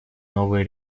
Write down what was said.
новые